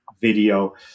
video